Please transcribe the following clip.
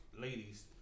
ladies